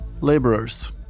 laborers